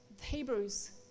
Hebrews